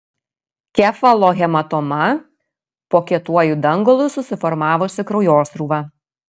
kefalohematoma po kietuoju dangalu susiformavusi kraujosrūva